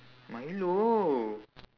milo